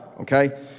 okay